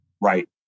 Right